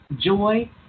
joy